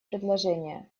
предложение